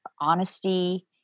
honesty